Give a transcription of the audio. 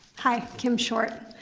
hi, kim short.